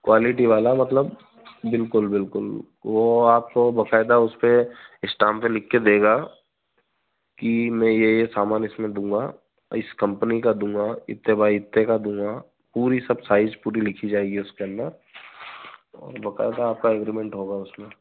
quality वाला मतलब बिल्कुल बिल्कुल वह आपको बकायदा उस पर स्टाम्प पर लिखकर देगा कि मैं यह यह सामान इसमें दूँगा इस कम्पनी का दूँगा इतने बाई इतने का दूँगा पूरी सब साइज़ पूरी लिखी जाएगी उसके अंदर और बकायदा आपका एग्रीमेन्ट होगा उसमें